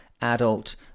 adult